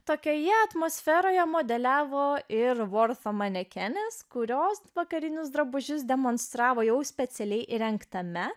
tokioje atmosferoje modeliavo ir volfą manekenės kurios vakarinius drabužius demonstravo jau specialiai įrengtame